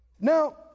Now